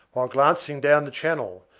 while glancing down the channel,